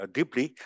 Deeply